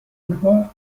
آنها